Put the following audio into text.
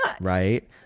Right